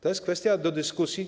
To jest kwestia do dyskusji.